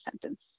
sentence